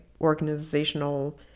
organizational